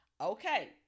Okay